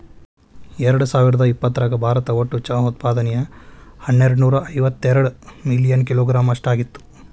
ಎರ್ಡಸಾವಿರದ ಇಪ್ಪತರಾಗ ಭಾರತ ಒಟ್ಟು ಚಹಾ ಉತ್ಪಾದನೆಯು ಹನ್ನೆರಡನೂರ ಇವತ್ತೆರಡ ಮಿಲಿಯನ್ ಕಿಲೋಗ್ರಾಂ ಅಷ್ಟ ಆಗಿತ್ತು